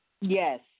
Yes